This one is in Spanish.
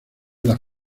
las